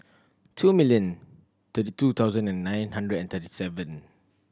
two million thirty two thousand and nine hundred and thirty seven